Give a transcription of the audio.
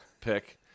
pick